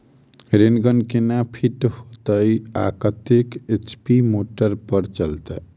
Rain gun केना fit हेतइ आ कतेक एच.पी मोटर पर चलतै?